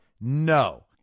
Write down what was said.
No